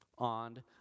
on